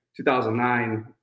2009